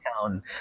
town